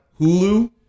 Hulu